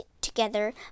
together